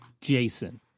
Jason